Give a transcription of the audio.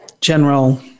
general